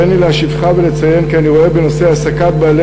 הריני להשיבך ולציין כי אני רואה בנושא העסקת בעלי